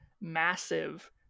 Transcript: massive